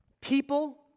People